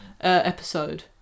episode